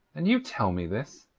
and you tell me this?